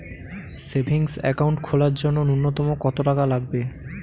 Savings account খোলার জন্য নূন্যতম কত টাকা লাগবে?